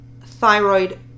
thyroid